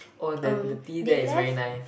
oh the the tea there is very nice